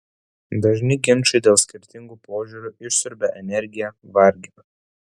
dažni ginčai dėl skirtingų požiūrių išsiurbia energiją vargina